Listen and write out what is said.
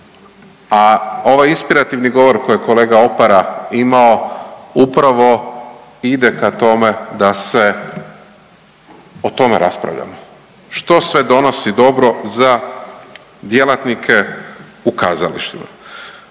A ovaj inspirativni govor koji je kolega Opara imao upravo ide ka tome da se o tome raspravljamo, što sve donosi dobro za djelatnike u kazalištima,